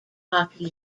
hockey